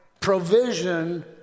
provision